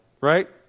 Right